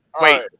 Wait